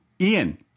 Ian